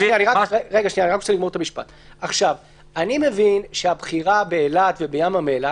אני מבין שהבחירה באילת ובים המלח,